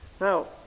Now